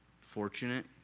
fortunate